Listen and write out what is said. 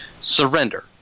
surrender